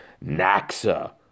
Naxa